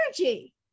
energy